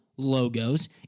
logos